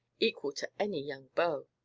equal to any young beau.